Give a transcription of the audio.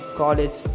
college